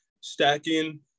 stacking